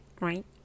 right